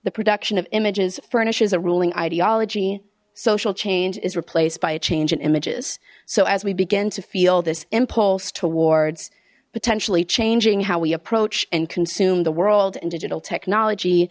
the production of images furnishes a ruling ideology social change is replaced by a change in images so as we begin to feel this impulse towards potentially changing how we approach and consume the world in digital technology